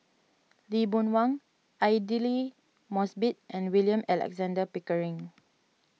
Lee Boon Wang Aidli Mosbit and William Alexander Pickering